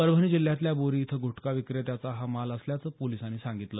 परभणी जिल्ह्यातल्या बोरी इथल्या गुटखा विक्रेत्याचा हा माल असल्याचं पोलिसांनी सांगितलं